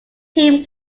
team